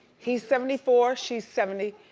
he's seventy four, she's seventy.